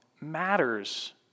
matters